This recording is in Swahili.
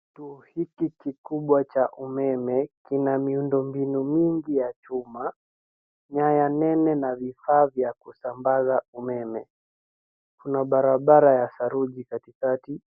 Kituo hiki kikubwa cha umeme kina miundo mbinu mingi ya chuma, nyaya Nene na vifaa vya kusambaza umeme. Kuna barabara ya saruji katikati